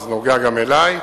זה נוגע גם לי,